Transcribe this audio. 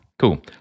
Cool